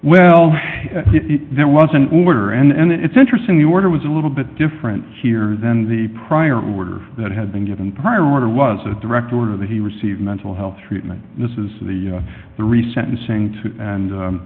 well there was an order and it's interesting the order was a little bit different here than the prior order that had been given prior order was a direct order that he received mental health treatment and this is the three sentencing two and